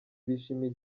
bishimiye